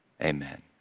Amen